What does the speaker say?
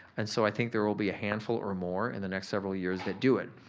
and so, i think there will be a handful or more in the next several years that do it.